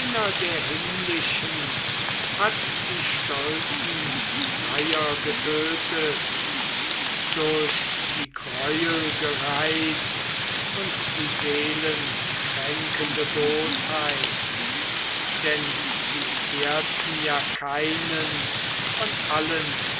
der himmlischen hat die stolzen freier getötet durch die greuel gereizt und die seelenkränkende bosheit denn sie ehrten ja keinen von allen